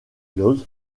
łódź